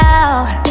out